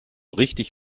richtig